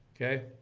Okay